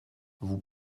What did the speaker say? vous